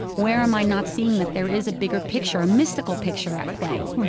where am i not seeing that there is a bigger picture, a mystical picture, at play?